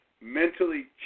mentally